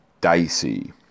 dicey